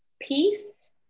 peace